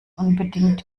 unbedingt